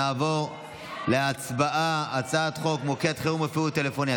נעבור להצבעה על הצעת חוק מוקד חירום רפואי טלפוני,